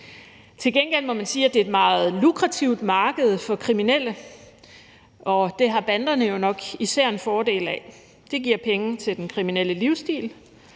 Til gengæld må man sige, at det er et meget lukrativt marked for kriminelle, og det har banderne jo nok især en fordel af. Det giver penge til den kriminelle livsstil,